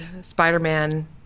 Spider-Man